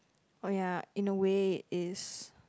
oh ya in a way is